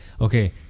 Okay